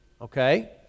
okay